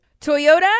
Toyota